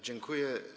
Dziękuję.